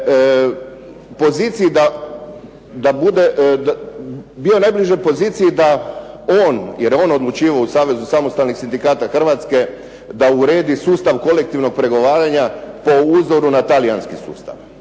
sabornici je bio najbliže poziciji da on jer on je odlučivao u Savezu samostalnih sindikata Hrvatske da uredi sustav kolektivnog pregovaranja po uzoru na talijanski sustav